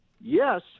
yes